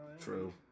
True